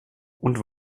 und